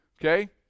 Okay